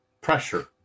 pressure